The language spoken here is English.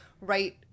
right